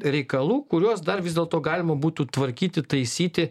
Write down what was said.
reikalų kuriuos dar vis dėlto galima būtų tvarkyti taisyti